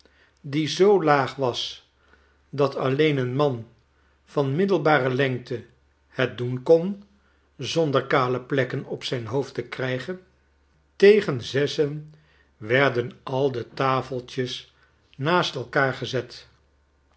die zoo laag was dat alleen een man van middelbare lengte het doen kon zonder kale plekken op zijn hoofd te krijgen tegen zessen werden al de tafeltjes naast elkaar gezet